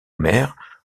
maire